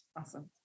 Awesome